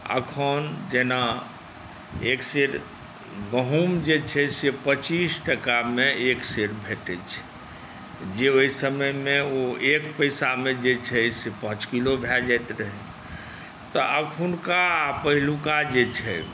अखन जेना एक सेर गहूँम जे छै से पच्चीस टाकामे एक सेर भेटैत छै जे ओहि समयमे ओ एक पैसामे जे छै से पाँच किलो भए जाइत रहै तऽ अखुनका आ पहिलुका जे छै